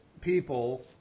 people